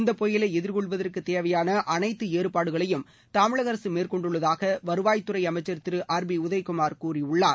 இந்த புயலை எதிர்கொள்வதற்குத் தேவையான அனைத்து ஏற்பாடுகளையும் தமிழக அரசு மேற்கொண்டுள்ளதாக வருவாய்த்துறை அமைச்சர் திரு ஆர் பி உதயகுமார் கூறியுள்ளார்